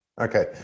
Okay